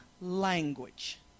language